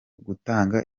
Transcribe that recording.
gutanga